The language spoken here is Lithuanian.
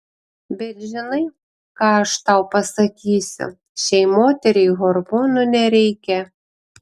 bet žinai ką aš tau pasakysiu šiai moteriai hormonų nereikia